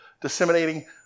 disseminating